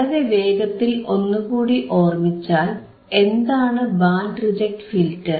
വളരെ വേഗത്തിൽ ഒന്നുകൂടി ഓർമിച്ചാൽ എന്താണ് ബാൻഡ് റിജക്ട് ഫിൽറ്റർ